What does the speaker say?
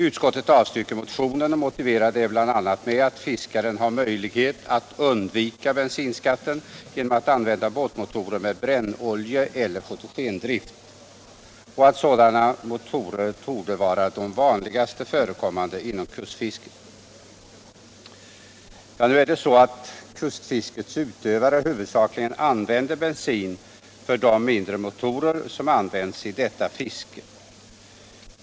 Utskottet avstyrker motionen och motiverar det bl.a. med att fiskaren har möjlighet att undvika bensinskatten genom att använda båtmotorer med brännoljeeller fotogendrift och att sådana motorer torde vara de vanligast förekommande inom kustfisket. Nu är det så att kustfiskets utövare huvudsakligen använder bensin för motorerna i de båtar som begagnas i detta fiske.